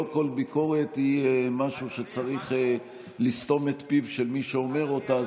לא כל ביקורת היא משהו שצריך לסתום את פיו של מי שאומר אותה.